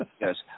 Yes